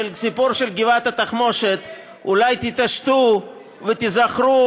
סיפור גבעת-התחמושת אולי תתעשתו ותיזכרו,